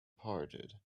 parted